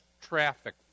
traffic